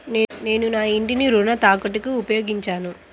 నేను నా ఇంటిని రుణ తాకట్టుకి ఉపయోగించాను